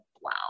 wow